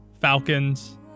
Falcons